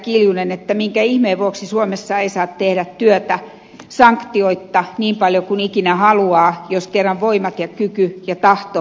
kiljunen sitä minkä ihmeen vuoksi suomessa ei saa tehdä työtä sanktioitta niin paljon kuin ikinä haluaa jos kerran voimat ja kyky ja tahto siihen riittävät